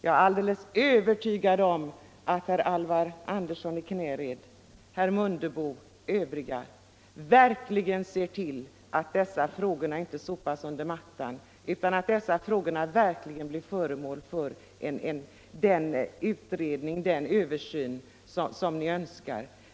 Jag är alldeles övertygad om att herr Alvar Andersson i Knäred, herr Mundebo och övriga verkligen ser till att dessa frågor inte sopas under mattan utan verkligen blir föremål för den utredning och översyn som ni önskar.